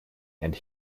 and